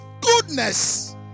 goodness